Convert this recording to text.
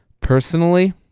Personally